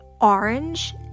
orange